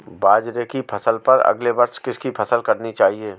बाजरे की फसल पर अगले वर्ष किसकी फसल करनी चाहिए?